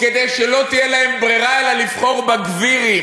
כדי שלא תהיה להם ברירה אלא לבחור בגבירים,